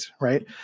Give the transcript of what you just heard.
right